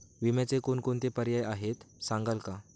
विम्याचे कोणकोणते पर्याय आहेत सांगाल का?